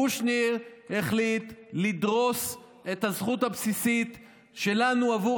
קושניר החליט לדרוס את הזכות הבסיסית שלנו עבור